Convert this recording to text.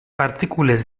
partícules